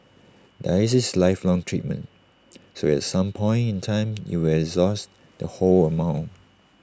dialysis is A lifelong treatment so at some point in time you will exhaust the whole amount